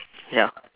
ya